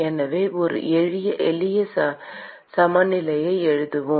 எனவே ஒரு எளிய சமநிலையை எழுதுவோம்